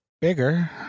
bigger